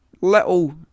little